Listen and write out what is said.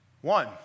one